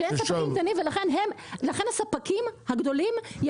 אין ספקים קטנים ולכן הספקים הגדולים הם